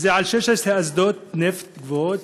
וזה על 16 אסדות נפט גבוהות,